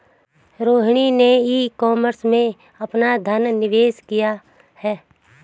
रोहिणी ने e commerce में अपना धन निवेश किया